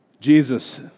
Jesus